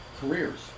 Careers